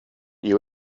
you